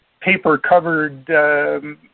paper-covered